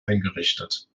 eingerichtet